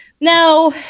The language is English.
Now